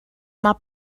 mae